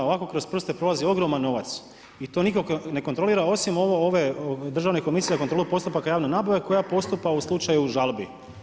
Ovako kroz prste prolazi ogroman novac i to nitko ne kontrolira osim ove Državne komisije za kontrolu postupaka javne nabave koja postupa u slučaju žalbi.